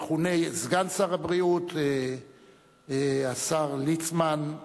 המכונה סגן שר הבריאות, השר ליצמן,